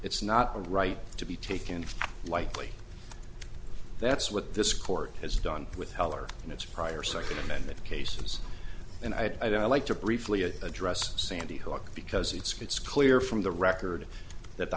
it's not a right to be taken lightly that's what this court has done with heller in its prior second amendment cases and i'd like to briefly address sandy hook because it's clear from the record that the